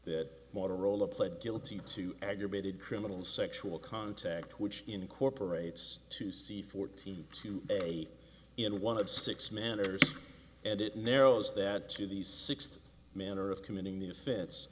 that motorola pled guilty to aggravated criminal sexual contact which incorporates to see fourteen to a in one of six manners and it narrows that to these six the manner of committing the fits